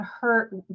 hurt